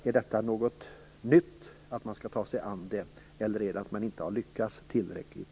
Är det något nytt att man skall ta sig an dem, eller är det fråga om att man hittills inte har lyckats tillräckligt?